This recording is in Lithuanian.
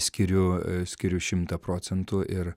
skiriu skiriu šimtą procentų ir